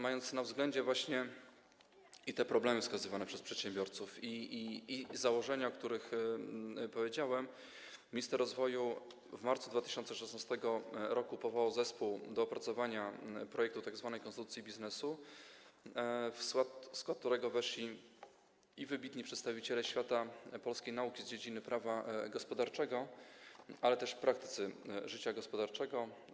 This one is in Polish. Mając na względzie te problemy wskazywane przez przedsiębiorców i założenia, o których powiedziałem, minister rozwoju w marcu 2016 r. powołał zespół do spraw opracowania projektu tzw. konstytucji biznesu, w skład którego weszli wybitni przedstawiciele świata polskiej nauki z dziedziny prawa gospodarczego, ale też praktycy życia gospodarczego.